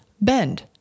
bend